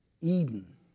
Eden